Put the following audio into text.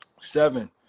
Seven